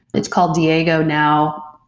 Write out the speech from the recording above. it's called diego now.